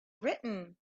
written